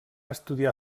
estudiar